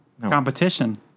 Competition